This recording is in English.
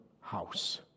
house